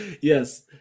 yes